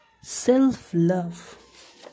self-love